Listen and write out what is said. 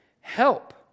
help